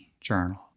journal